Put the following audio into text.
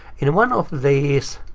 in one of these,